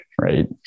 right